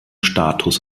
status